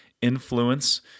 Influence